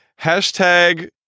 Hashtag